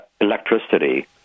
electricity